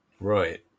Right